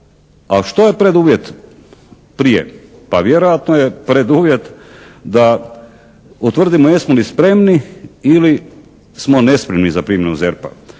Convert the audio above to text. a što je preduvjet prije? Pa vjerojatno je preduvjet da utvrdimo jesmo li spremni ili smo nespremni za primjenu ZERP-a.